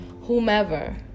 whomever